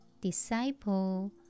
disciple